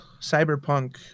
cyberpunk